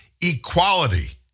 equality